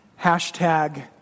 hashtag